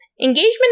Engagement